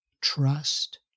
trust